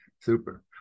Super